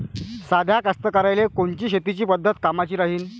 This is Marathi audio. साध्या कास्तकाराइले कोनची शेतीची पद्धत कामाची राहीन?